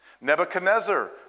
Nebuchadnezzar